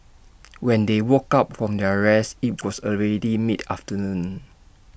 when they woke up from their rest IT was already mid afternoon